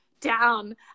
down